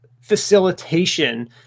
facilitation